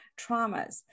traumas